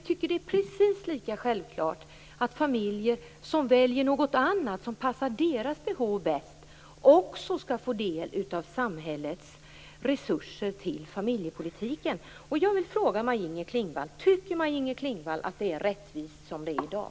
Det är också självklart att familjer som väljer något annat som passar deras behov bäst också skall få del av samhällets resurser till familjepolitiken. Inger Klingvall att det är rättvist som det är i dag?